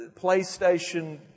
PlayStation